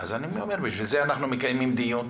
אז אני אומר שבשביל זה אנחנו מקיימים דיון.